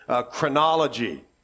chronology